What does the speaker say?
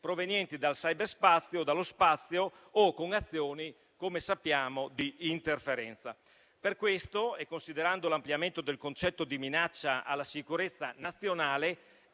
provenienti dal cyberspazio, dallo spazio o con azioni, come sappiamo, di interferenza. Per questo, considerando l'ampliamento del concetto di minaccia alla sicurezza nazionale,